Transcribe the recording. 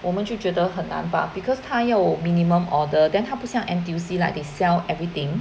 我们就觉得很难吧 because 他有 minimum order then 他不像 N_T_U_C like they sell everything